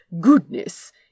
goodness